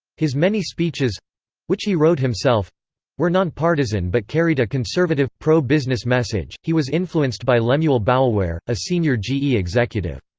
his many speeches which he wrote himself were non-partisan but carried a conservative, pro-business message he was influenced by lemuel boulware, a senior ge executive.